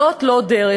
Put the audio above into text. זאת לא דרך.